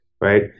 right